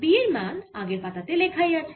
B এর মান আগের পাতা তে লেখাই আছে